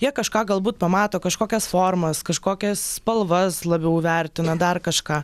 jie kažką galbūt pamato kažkokias formas kažkokias spalvas labiau vertina dar kažką